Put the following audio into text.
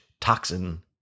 toxin